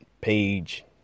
page